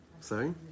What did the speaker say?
Sorry